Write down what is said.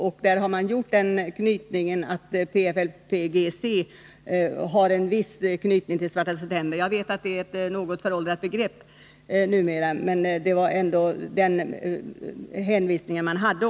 Man har gjort den bedömningen att PFLP-GC har en viss anknytning till Svarta september. Jag vet att detta är ett något föråldrat begrepp numera, men det var ändå den hänvisning man hade.